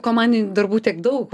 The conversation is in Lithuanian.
ko man į darbų tiek daug